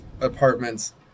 apartments